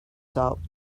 salt